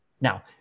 Now